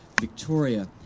Victoria